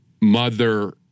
Mother